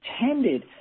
tended